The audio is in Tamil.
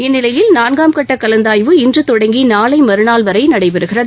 இந்நிலையில் நான்காம் கட்ட கலந்தாய்வு இன்று தொடங்கி நாளை மறுநாள் வரை நடைபெறுகிறது